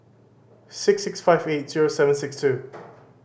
six six five eight zero seven six two